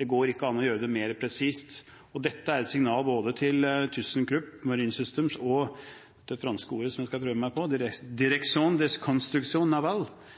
Det går ikke an å gjøre det mer presist. Dette er et signal til både ThyssenKrupp Marine System og Direction des Constructions Navales i Frankrike, og begge må merke seg dette. Det